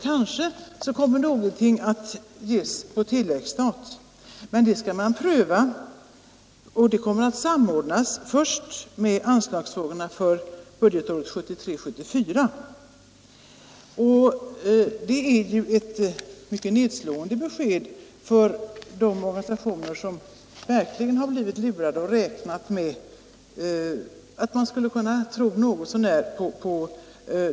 Kanske kommer någonting att ges på tilläggsstat. Detta kommer dock att prövas och samordnas först med anslagsfrågorna för budgetåret 1973/74. Detta är ett mycket nedslående besked för de organisationer som verkligen blivit lurade därför att de trott något så givits.